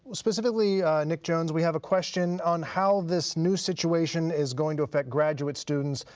specifically nick jones, we have a question on how this new situation is going to affect graduate students,